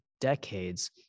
decades